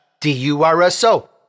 D-U-R-S-O